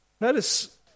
Notice